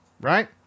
Right